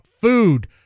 food